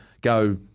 go